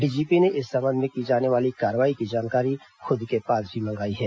DGP ने इस संबंध में की जाने वाली कार्रवाई की जानकारी खुद के पास भी मंगाई है